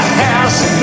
house